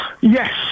Yes